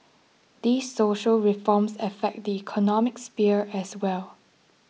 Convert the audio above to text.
these social reforms affect the economic sphere as well